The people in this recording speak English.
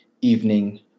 evening